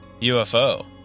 UFO